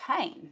pain